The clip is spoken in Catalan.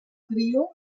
trio